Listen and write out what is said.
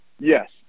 yes